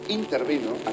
intervino